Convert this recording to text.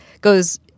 goes